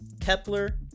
Kepler